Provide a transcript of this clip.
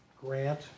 grant